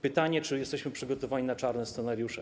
Pytanie, czy jesteśmy przygotowani na czarne scenariusze.